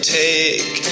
take